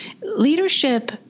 leadership